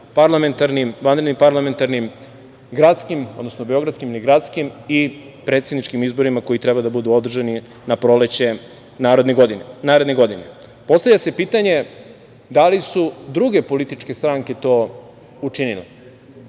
narednim vanrednim parlamentarnim, gradskim, odnosno beogradskim ili gradskim i predsedničkim izborima koji treba da budu održani na proleće naredne godine. Postavlja se pitanje – da li su druge političke stranke to učinile?